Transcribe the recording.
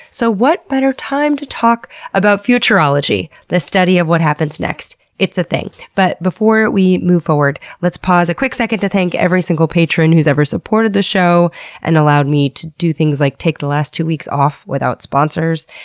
so what better time to talk about futurology, the study of what happens next? it's a thing. but before we move forward, let's pause a quick second to thank every single patron who's ever supported the show and allowed me to do things like take the last two weeks off without sponsors.